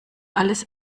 alles